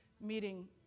meeting